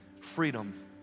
freedom